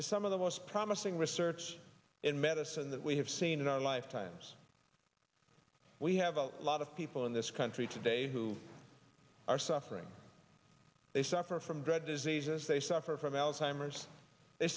is some of the most promising research in medicine that we have seen in our lifetimes we have a lot of people in this country today who are suffering they suffer from dread diseases they suffer from alzheimer's they